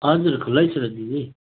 हजुर खुलै छ त दिदी